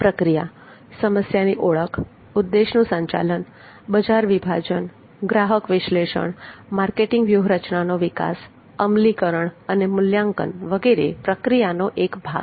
પ્રક્રિયા સમસ્યાની ઓળખ ઉદ્દેશનું સંચાલન બજાર વિભાજન ગ્રાહક વિશ્લેષણ માર્કેટિંગ વ્યૂહરચનાનો વિકાસ અમલીકરણ અને મૂલ્યાંકન વગેરે પ્રક્રિયાનો એક ભાગ છે